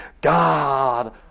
God